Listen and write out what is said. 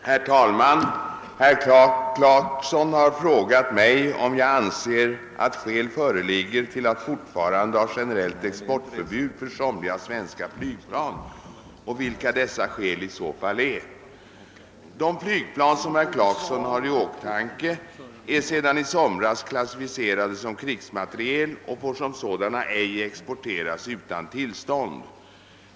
Herr talman! Herr Clarkson har frågat mig om jag anser att skäl föreligger till att fortfarande ha generellt exportförbud för somliga svenska flygplan och vilka dessa skäl i så fall är. De flygplan som herr Clarkson har i åtanke är sedan i somras klassificerade som krigsmateriel och får som sådana ej exporteras utan tillstånd.